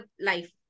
life